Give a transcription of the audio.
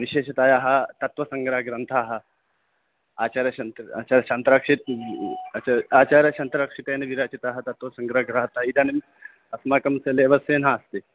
विशेषतया तत्त्वसङ्ग्रहग्रन्थाः आचारशन्त आचार्यशान्त्राक्षित् आचार्यशन्तरक्षितेन विरचितः तत्त्वसङ्ग्रन्थः इदानीम् अस्माकं सिलेबसे नास्ति